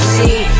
see